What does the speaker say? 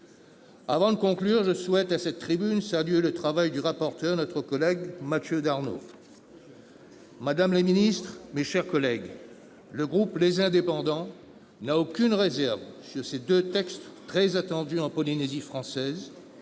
Avant de conclure, je souhaite, à cette tribune, saluer le travail du rapporteur, notre collègue Mathieu Darnaud. Madame la ministre, mes chers collègues, le groupe Les Indépendants n'a aucune réserve à émettre sur ces deux textes très attendus en Polynésie française.